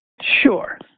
Sure